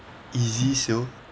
easy [siol]